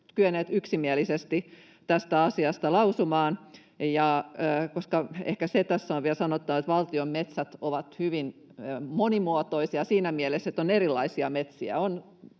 kyenneet yksimielisesti tästä asiasta lausumaan — ehkä se on tässä vielä sanottava — koska valtion metsät ovat hyvin monimuotoisia siinä mielessä, että on erilaisia metsiä: